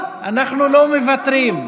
אנחנו לא מוותרים.